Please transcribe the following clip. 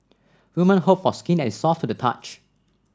women hope for skin that is soft to the touch